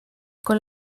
con